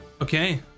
Okay